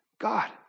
God